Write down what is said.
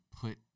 put